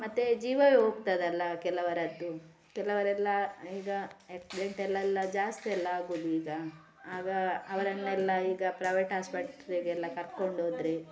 ಮತ್ತೆ ಜೀವವೇ ಹೋಗ್ತದಲ್ಲ ಕೆಲವರದ್ದು ಕೆಲವರೆಲ್ಲ ಈಗ ಆ್ಯಕ್ಸ್ಡೆಂಟಲ್ಲೆಲ್ಲ ಜಾಸ್ತಿ ಅಲ್ಲ ಆಗೋದೀಗ ಆಗ ಅವರನ್ನೆಲ್ಲ ಈಗ ಪ್ರೈವೇ ಆಸ್ಪತ್ರೆಗೆಲ್ಲ ಕರ್ಕೊಂಡೋದರೆ